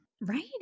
Right